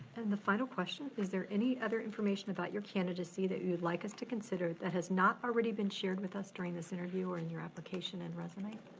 and the final question, is there any other information about your candidacy that you would like us to consider that has not already been shared with us during this interview or in your application and resume?